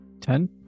ten